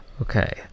Okay